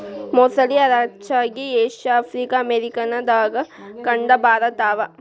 ಮೊಸಳಿ ಹರಚ್ಚಾಗಿ Asia Africa America ದಾಗ ಕಂಡ ಬರತಾವ